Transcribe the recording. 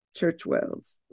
Churchwells